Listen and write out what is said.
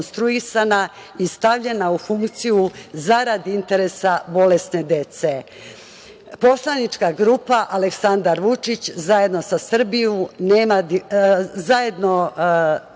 i stavljena u funkciju zarad interesa bolesne dece. Poslanička grupa Aleksandar Vučić - Za našu decu, nema